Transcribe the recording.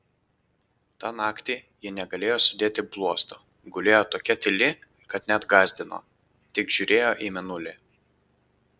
tą naktį ji negalėjo sudėti bluosto gulėjo tokia tyli kad net gąsdino tik žiūrėjo į mėnulį